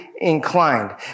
inclined